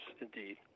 indeed